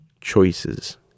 choices